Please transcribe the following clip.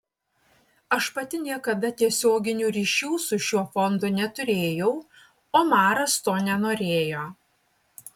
aš pati niekada tiesioginių ryšių su šiuo fondu neturėjau omaras to nenorėjo